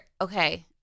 okay